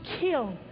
kill